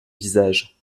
visage